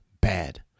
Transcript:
bad